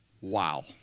Wow